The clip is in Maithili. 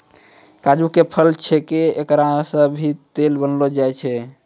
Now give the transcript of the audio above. काजू के फल छैके एकरा सॅ भी तेल बनैलो जाय छै